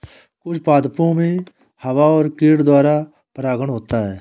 कुछ पादपो मे हवा और कीट द्वारा परागण होता है